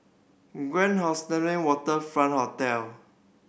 Grand Waterfront Hotel